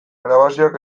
grabazioak